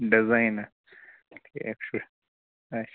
design نا ٹھیٖک چھُ اچھا